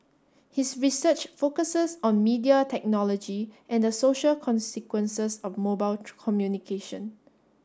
his research focuses on media technology and the social consequences of mobile communication